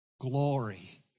glory